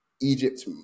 Egypt